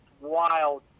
wild